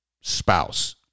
spouse